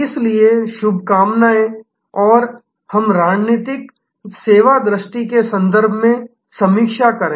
इसलिए शुभकामनाएँ और हम रणनीतिक सेवा दृष्टि के संदर्भ में समीक्षा करें